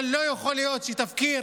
אבל לא יכול להיות שהיא תפקיר